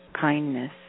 Kindness